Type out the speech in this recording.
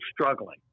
struggling